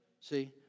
See